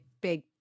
big